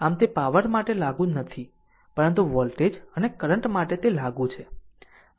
આમ તે પાવર માટે લાગુ નથી પરંતુ વોલ્ટેજ અને કરંટ માટે તે લાગુ છે